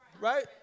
Right